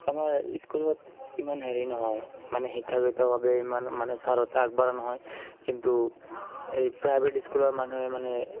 আমাৰ ইস্কুলত ইমান হেৰি নহয় মানে শিক্ষাগতভাৱে ইমান মানে ছাৰহঁতে আগবঢ়া নহয় কিন্তু এই প্ৰাইভেট ইস্কুলৰ মানুহে মানে